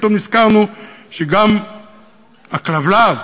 ופתאום נזכרנו שגם הכלבלב,